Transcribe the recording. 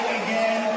again